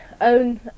own